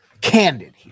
candid